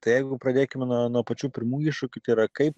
tai jeigu pradėkime nuo nuo pačių pirmų iššūkių tai yra kaip